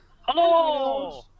Hello